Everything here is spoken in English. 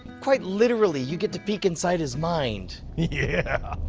quite literally you get to peek inside his mind. yeah.